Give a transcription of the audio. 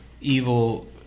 evil